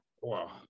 Wow